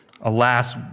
Alas